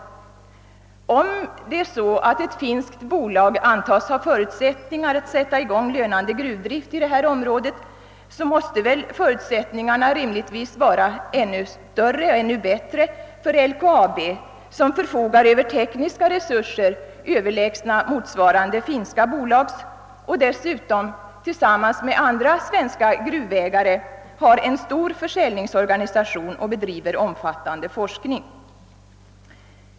Om ett finskt bolag antas ha förutsättningar att sätta i gång lönande gruvdrift i detta område, måste förutsättningarna rimligtvis vara ännu bättre för LKAB, som förfogar över tekniska resurser överlägsna motsvarande finska bolags och dessutom tillsammans med andra svenska gruvägare har en stor försäljningsorganisation och bedriver omfattande forskning.